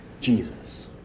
Jesus